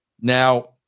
Now